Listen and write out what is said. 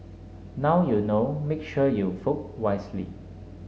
now you know make sure you vote wisely